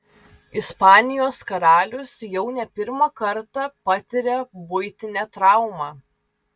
ispanijos karalius jau ne pirmą kartą patiria buitinę traumą